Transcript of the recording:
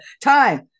time